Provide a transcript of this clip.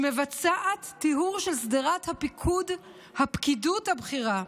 מבצעת טיהור של שדרת הפקידות הבכירה.